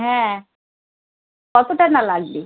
হ্যাঁ কতটা আপনার লাগবে